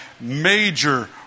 major